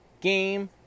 game